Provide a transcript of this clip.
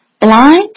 blind